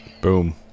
Boom